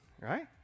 Right